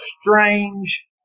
strange